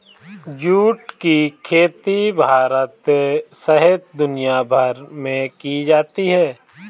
जुट की खेती भारत सहित दुनियाभर में की जाती है